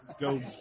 go